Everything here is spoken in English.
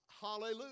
hallelujah